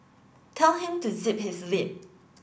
tell him to zip his lip